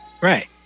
Right